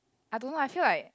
I don't know I feel like